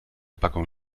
packung